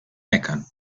meckern